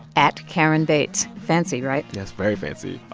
at karenbates fancy, right? yes, very fancy.